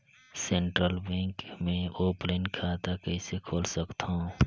Central bank मे offline खाता कइसे खोल सकथव?